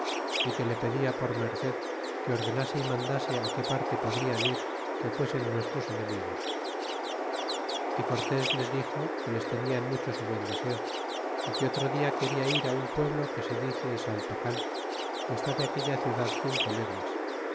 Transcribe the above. y que le pedia por merced que ordenase y mandase qué parte podrian ir que fuesen nuestros enemigos y cortés les dio que les tenia en mucho su buen deseo y que otro dia queda ir un pueblo que se dice saltocan que está de aquella ciudad cinco leguas